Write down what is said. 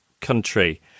country